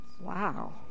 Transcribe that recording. Wow